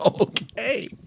Okay